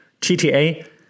GTA